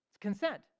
consent